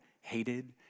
hated